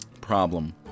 problem